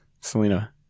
Selena